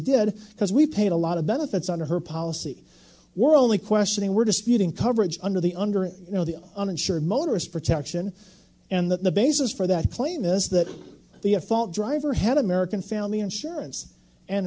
did because we paid a lot of benefits on her policy we're only questioning were disputing coverage under the under you know the uninsured motorist protection and that the basis for that claim is that the a fault driver had american family insurance and